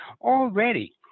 already